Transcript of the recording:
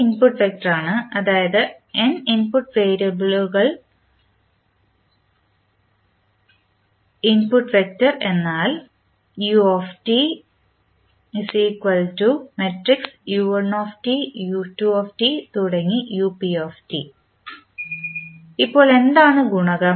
input വെക്റ്ററാണ് അതായത്n input വേരിയബിളുകൾ ഉണ്ടെങ്കിൽ ഇൻപുട്ട് വെക്റ്റർ എന്നാൽ ഇപ്പോൾ എന്താണ് ഗുണകം